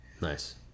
Nice